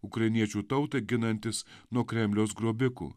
ukrainiečių tautą ginantis nuo kremliaus grobikų